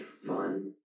fun